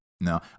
No